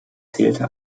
zählte